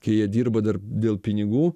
kai jie dirba dar dėl pinigų